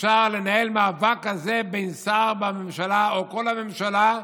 לנהל מאבק כזה של שר בממשלה, או כל הממשלה,